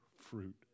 fruit